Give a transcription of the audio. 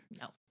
no